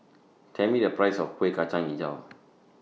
Tell Me The Price of Kuih Kacang Hijau